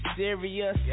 serious